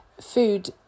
food